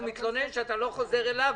הוא מתלונן שאתה לא חוזר אליו.